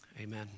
Amen